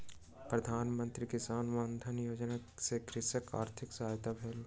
प्रधान मंत्री किसान मानधन योजना सॅ कृषकक आर्थिक सहायता भेल